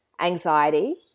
anxiety